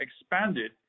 expanded